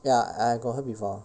ya I got heard before